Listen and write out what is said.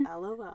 LOL